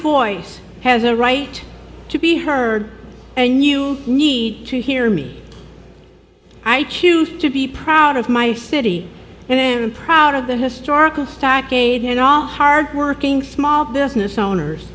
voice has a right to be heard and you need to hear me i choose to be proud of my city and then i'm proud of the historical fact and all hardworking small business owners